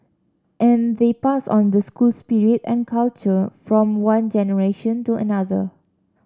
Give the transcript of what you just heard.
and they pass on the school spirit and culture from one generation to another